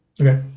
Okay